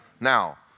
Now